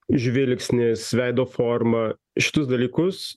žvilgsnis veido forma šitus dalykus